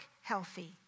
healthy